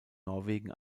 norwegen